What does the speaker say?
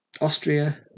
Austria